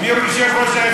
מי יושב-ראש האיחוד